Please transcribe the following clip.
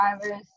drivers